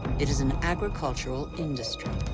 it's an agricultural industry.